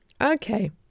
okay